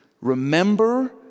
remember